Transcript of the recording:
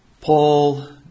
Paul